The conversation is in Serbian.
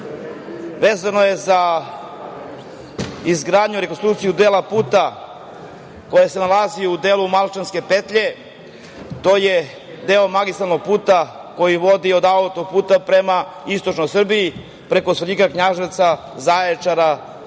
vezano je za izgradnju i rekonstrukciju dela puta koji se nalazi u delu Malčanske petlje. To je deo magistralnog puta koji vodi od autoputa prema istočnoj Srbiji preko Svrljiga, Knjaževca, Zaječara, prema